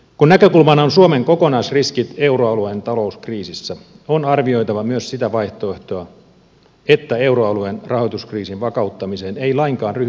kun näkökulmana on suomen kokonaisriski euroalueen talouskriisissä on arvioitava myös sitä vaihtoehtoa että euroalueen rahoituskriisin vakauttamiseen ei lainkaan ryhdyttäisi